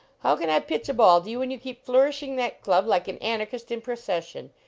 how can i pitch a ball to you when you keep flourishing that club like an anarchist in procession.